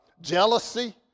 jealousy